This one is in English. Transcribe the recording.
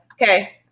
Okay